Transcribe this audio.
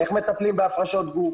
איך מטפלים הפרשות גוף?